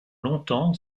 longtemps